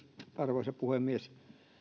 arvoisa puhemies jäin miettimään